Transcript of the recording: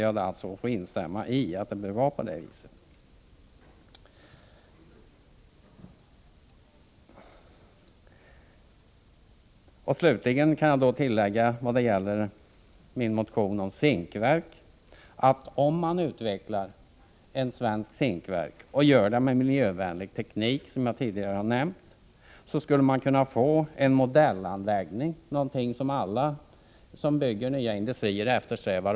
Jag instämmer i att det bör vara på det viset. Slutligen kan jag tillägga följande vad gäller min motion om ett zinkverk. Om vi utvecklar ett svenskt zinkverk med miljövänlig teknik, skulle vi kunna få en modellanläggning, vilket alla som bygger nya industrier eftersträvar.